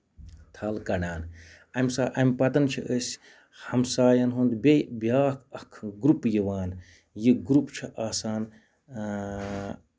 تھل کَڈان اَمہِ سا اَمہِ پَتہٕ چھِ أسۍ ہَمساین ہُند بیٚیہِ بایکھ اکھ گرُپ یِوان یہِ گرُپ چھُ آسان